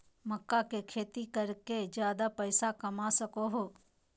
मक्का के खेती कर के ज्यादा पैसा कमा सको हो